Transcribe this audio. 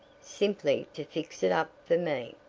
simply to fix it up for me.